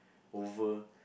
over